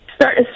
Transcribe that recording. Start